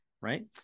Right